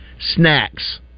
Snacks